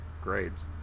grades